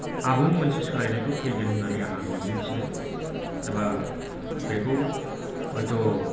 आबुं मोनसे सोलायनायखौ फैगोन होन्नानै आंहा मिजिंथिदों एबा बेखौ हयत'